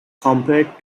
compared